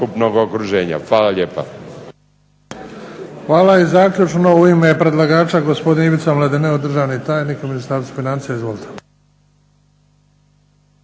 Hvala. I zaključno u ime predlagača gospodin Ivica Mladineo državni tajnik u Ministarstvu financija. Izvolite.